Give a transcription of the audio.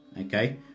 Okay